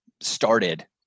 started